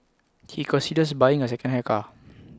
he considers buying A secondhand car